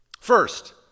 First